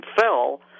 fell